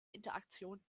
interaktion